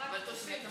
אבל תוסיף, תוסיף.